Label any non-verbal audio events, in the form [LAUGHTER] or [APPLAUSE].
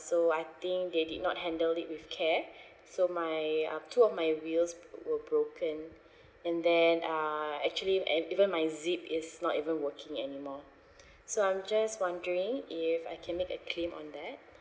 so I think they did not handle it with care [BREATH] so my uh two of my wheels b~ were broken and then uh actually and even my zip it's not even working anymore [BREATH] so I'm just wondering if I can make a claim on that